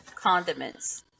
condiments